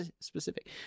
specific